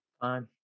fine